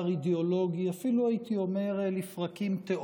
אידיאולוגי, אפילו הייתי אומר, לפרקים,